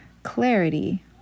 clarity